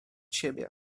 siebie